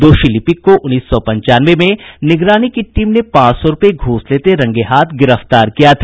दोषी लिपिक को उन्नीस सौ पंचानवे में निगरानी की टीम ने पांच सौ रूपये घूस लेते रंगेहाथ गिरफ्तार किया था